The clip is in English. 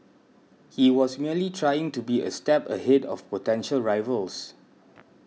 he was merely trying to be a step ahead of potential rivals